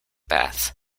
bath